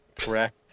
Correct